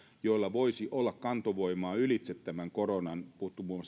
joilla voisi olla kantovoimaa ylitse tämän koronan on puhuttu muun